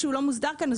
כשהוא לא מוסדר כאן,